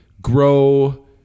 grow